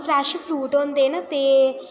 fresh fruit होंदे न ते